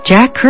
Jack